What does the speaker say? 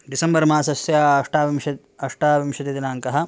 डिसंबर् मासस्य अष्टाविंशत् अष्टाविंशतिदिनाङ्कः